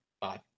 Bye